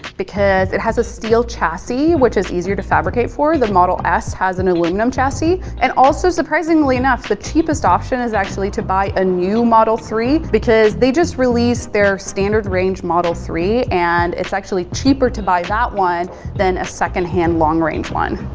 because it has a steel chassis, which is easier to fabricate for the model s has an aluminium chassis. and also surprisingly enough, the cheapest option is actually to buy a new model three, because they just released their standard range model three, and it's actually cheaper to buy that one than a second-hand long-ranged one.